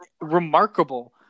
remarkable